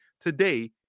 today